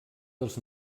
dels